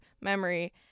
memory